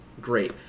great